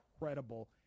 incredible